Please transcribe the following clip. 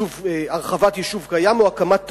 הרחבת יישוב קיים או הקמת תשתית,